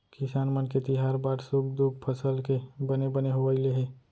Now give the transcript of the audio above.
किसान मन के तिहार बार सुख दुख फसल के बने बने होवई ले हे